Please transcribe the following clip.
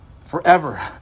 forever